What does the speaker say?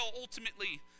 ultimately